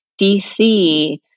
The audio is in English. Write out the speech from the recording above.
DC